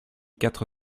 quatre